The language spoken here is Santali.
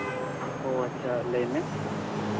ᱚ ᱟᱪᱪᱷᱟ ᱞᱟᱹᱭᱢᱮ